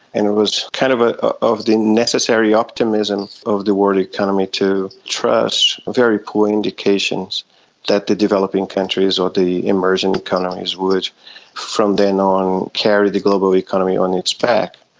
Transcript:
and it was kind of ah of the necessary optimism of the world economy to trust very poor indications that the developing countries or the emerging economies would from then on carry the global economy on its back.